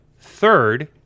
Third